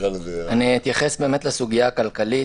אתייחס לסוגיה הכלכלית,